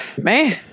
man